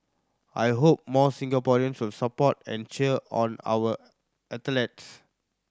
I hope more Singaporeans will support and cheer on our athletes